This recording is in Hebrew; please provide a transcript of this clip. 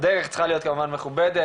הדרך צריכה להיות כמובן מכובדת,